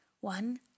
one